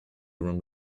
around